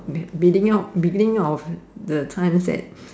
be~ beginning of beginning of the times at